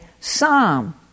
psalm